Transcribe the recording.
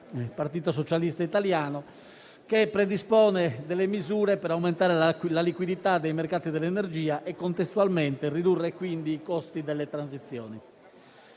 - Partito Socialista Italiano, che predispone misure per aumentare la liquidità dei mercati dell'energia e contestualmente ridurre quindi i costi delle transizioni.